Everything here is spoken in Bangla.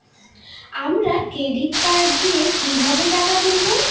আমরা ডেবিট কার্ড দিয়ে কিভাবে টাকা তুলবো?